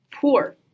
poor